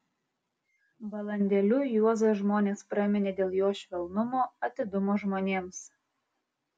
balandėliu juozą žmonės praminė dėl jo švelnumo atidumo žmonėms